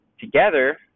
together